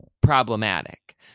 problematic